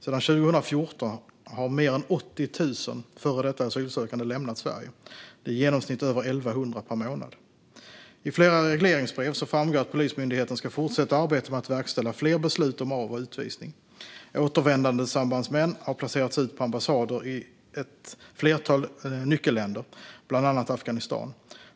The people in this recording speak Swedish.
Sedan 2014 har mer än 80 000 före detta asylsökande lämnat Sverige. Det är i genomsnitt över 1 100 per månad. I flera regleringsbrev framgår att Polismyndigheten ska fortsätta arbetet med att verkställa fler beslut om av och utvisning. Återvändandesambandsmän har placerats ut på ambassader i flera nyckelländer, bland annat Afghanistan.